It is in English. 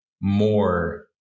more